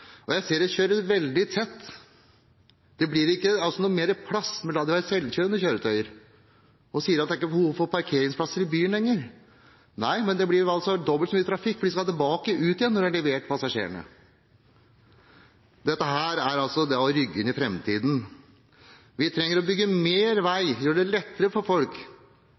og jeg ser at de kjører veldig tett, det blir altså ikke mer plass med selvkjørende kjøretøyer. Man sier at det ikke er behov for parkeringsplasser i byen lenger. Nei, men det blir altså dobbelt så mye trafikk, for de skal tilbake – ut igjen – når de har levert passasjerene. Dette er å rygge inn i framtiden. Vi trenger å bygge mer vei, gjøre det lettere for folk.